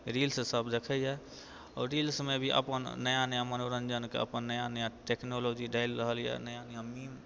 reels सब देखैयै आओर रील्समे भी अपन नया नया मनोरञ्जनके अपन नया नया टेक्नोलॉजी डालि रहल यऽ नया नया मीम